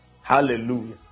Hallelujah